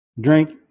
Drink